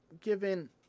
given